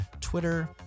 Twitter